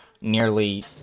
nearly